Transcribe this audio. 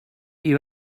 you